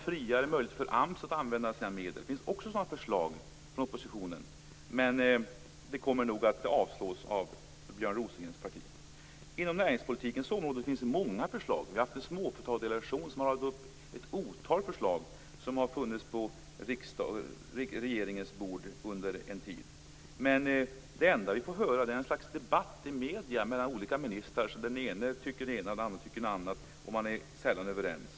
Det finns också förslag från oppositionen om friare möjligheter för AMS att använda sina medel - men de kommer nog att avslås av Björn Rosengrens parti. Inom näringspolitikens område finns det många förslag. Vi har haft en småföretagardelegation som har radat upp ett otal förslag, vilka har funnits på regeringens bord under en tid. Men det enda vi får höra är ett slags debatt i medierna mellan olika ministrar där den ene tycker det ena och den andra tycker något annat. Sällan är man överens.